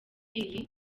iyi